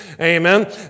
Amen